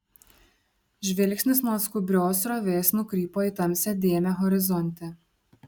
žvilgsnis nuo skubrios srovės nukrypo į tamsią dėmę horizonte